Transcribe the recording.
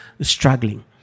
struggling